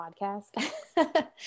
podcast